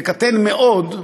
וקטן מאוד,